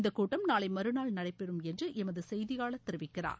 இந்த கூட்டம் நாளை மறுநாள் நடைபெறும் என்று எமது செய்தியாளர் தெரிவிக்கிறார்